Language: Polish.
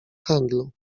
handlu